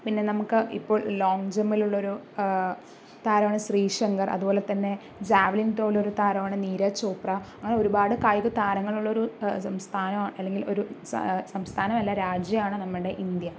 പിന്നെ നമുക്ക് ഇപ്പോൾ ലോങ്ങ്ജമ്പിലുള്ള ഒരു താരമാണ് ശ്രീ ശങ്കർ അതുപോലെ തന്നെ ജാവലിൻ ത്രോയിലുള്ള ഒരു താരമാണ് നീരജ് ചോപ്ര അങ്ങനെ ഒരുപാട് കായിക താരങ്ങൾ ഒളള ഒരു സംസ്ഥനമാ അല്ലെങ്കിൽ ഒരു സംസ്ഥാനമല്ല രാജ്യമാണ് നമ്മളുടെ ഇന്ത്യ